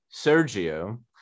Sergio